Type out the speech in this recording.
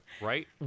right